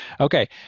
Okay